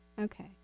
Okay